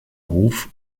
hof